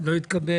לא התקבל.